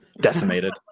decimated